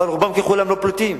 אבל רובם ככולם לא פליטים.